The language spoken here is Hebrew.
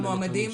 המועמדים